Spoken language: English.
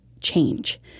change